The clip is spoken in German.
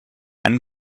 einen